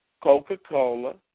Coca-Cola